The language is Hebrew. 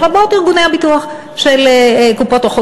לרבות ארגוני הביטוח של קופות-החולים,